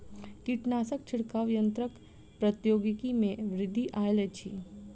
कीटनाशक छिड़काव यन्त्रक प्रौद्योगिकी में वृद्धि आयल अछि